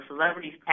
Celebrities